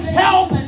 help